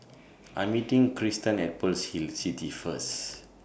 I Am meeting Cristen At Pearl's Hill City First